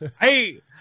Hey